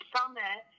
Summit